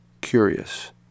curious